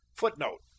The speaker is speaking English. Footnote